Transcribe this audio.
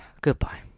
goodbye